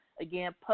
Again